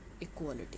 equality